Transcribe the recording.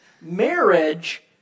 Marriage